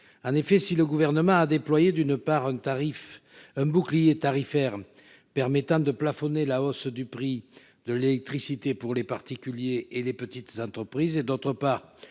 En effet, si le gouvernement a déployé, d'une part un tarif un bouclier tarifaire permettant de plafonner la hausse du prix de l'électricité pour les particuliers et les petites entreprises et d'autre part,